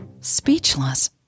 Speechless